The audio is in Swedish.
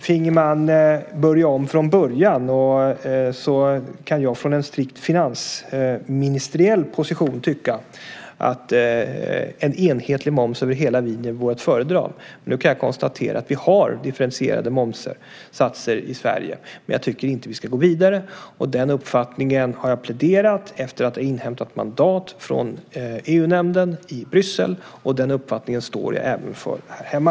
Finge man börja om från början så kan jag från en strikt finansministeriell position tycka att en enhetlig moms över hela linjen vore att föredra. Nu kan jag konstatera att vi har differentierade momssatser i Sverige, men jag tycker inte att vi ska gå vidare. Den uppfattningen har jag pläderat för efter att ha inhämtat mandat från EU-nämnden och i Bryssel, och den uppfattningen står jag även för här hemma.